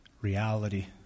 reality